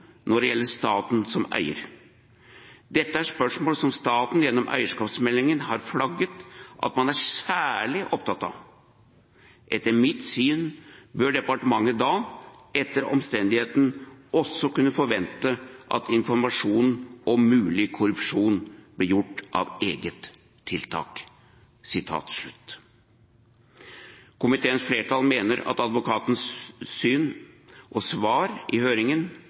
når det gjelder staten som eier. Dette er spørsmål som staten gjennom eierskapsmeldingen har flagget at man er særlig opptatt av. Etter mitt syn bør departementet da etter omstendigheten også kunne forvente at informasjon om mulig korrupsjon gis av eget tiltak.» Komiteens flertall mener at advokatens syn og svar i høringen